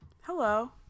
Hello